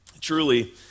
Truly